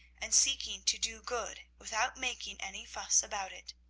and seeking to do good without making any fuss about it.